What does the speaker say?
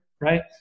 right